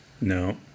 No